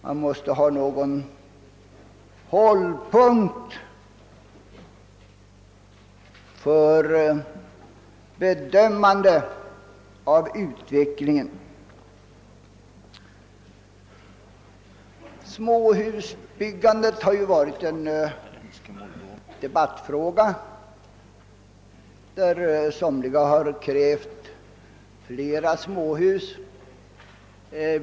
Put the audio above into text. Man måste ha någon hållpunkt för ett bedömande av utvecklingen. | Småhusbyggandet har ju varit en debattfråga. Somliga har krävt flera småhus.